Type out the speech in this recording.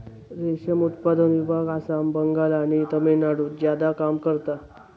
रेशम उत्पादन विभाग आसाम, बंगाल आणि तामिळनाडुत ज्यादा काम करता